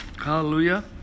Hallelujah